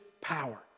power